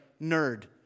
nerd